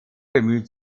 bemüht